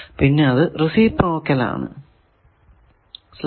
പിന്നെ അത് റെസിപ്രോക്കൽ ആണ്